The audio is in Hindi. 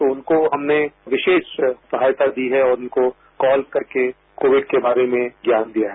तो उनको हमने विशेष सहायता दी है और उनको कॉल करके कोविड के बारे में ज्ञान दिया है